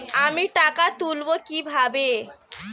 আমি টাকা তুলবো কি ভাবে?